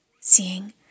Seeing